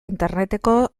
interneteko